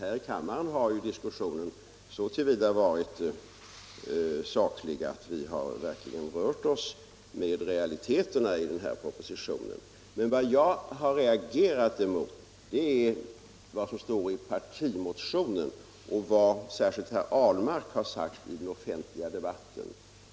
Här i kammaren har ju diskussionen så till vida varit saklig att vi verkligen har rört oss med realiteterna i den här propositionen. Men vad jag har reagerat emot är vad som står i partimotionen och särskilt vad herr Ahlmark har sagt i den offentliga debatten.